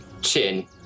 chin